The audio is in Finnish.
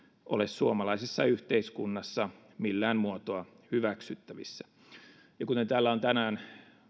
ole suomalaisessa yhteiskunnassa millään muotoa hyväksyttävissä ja kuten täällä on tänään